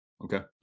Okay